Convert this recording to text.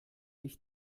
ich